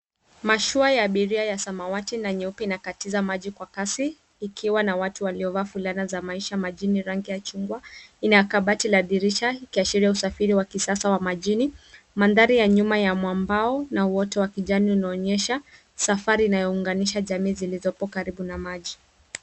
Mashua ya abiria ya samawati na nyeupe inakatiza maji kwa kasi ikiwa na watu waliovaa fulana za maisha majini rangi ya chungwa. Ina kabati la dirisha ikiashiria usafiri wa kisasa ya majini. Mandhari ya nyuma ya mwambao na uoto wa kijani unaonyesha safari zinazounganisha jamii zilizopo karibu na maji.